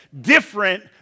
different